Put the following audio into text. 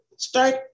Start